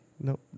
Nope